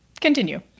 Continue